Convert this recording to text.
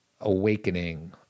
awakening